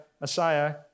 Messiah